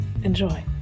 Enjoy